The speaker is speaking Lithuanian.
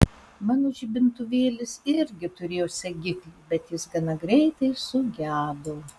mano žibintuvėlis irgi turėjo segiklį bet jis gana greitai sugedo